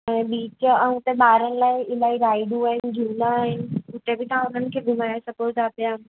ऐं बीच ऐं हुते ॿारनि लाइ इलाही राइडूं आहिनि झूला आहिनि हुते बि तव्हां उन्हनि खे घुमाए सघो था पिया